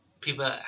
People